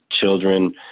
children